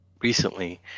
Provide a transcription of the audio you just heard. recently